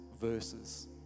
verses